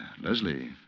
Leslie